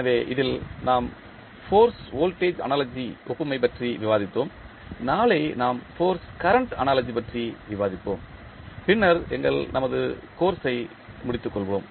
எனவே இதில் நாம் ஃபோர்ஸ் வோல்டேஜ் அனாலஜி ஒப்புமை பற்றி விவாதித்தோம் நாளை நாம் ஃபோர்ஸ் கரண்ட் அனாலஜி பற்றி விவாதிப்போம் பின்னர் எங்கள் நமது கோர்ஸ் ஐ முடித்துக் கொள்வோம்